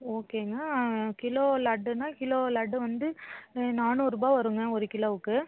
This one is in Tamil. ஓகேங்க கிலோ லட்டுன்னா கிலோ லட்டு வந்து நானூறுபா வரும்ங்க ஒரு கிலோவுக்கு